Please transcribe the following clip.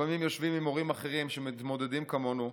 לפעמים יושבים עם הורים אחרים שמתמודדים כמונו,